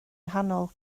nghanol